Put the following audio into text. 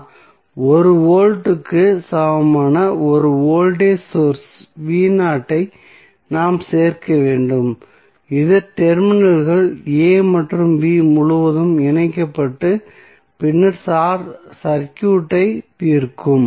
1 வோல்ட்டுக்கு சமமான ஒரு வோல்டேஜ் சோர்ஸ் ஐ நாம் சேர்க்க வேண்டும் இது டெர்மினல்கள் a மற்றும் b முழுவதும் இணைக்கப்பட்டு பின்னர் சர்க்யூட்டை தீர்க்கும்